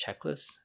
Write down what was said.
checklist